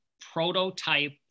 prototype